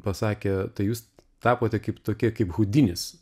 pasakė tai jūs tapote kaip tokie kaip hudinis